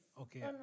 Okay